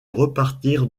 repartir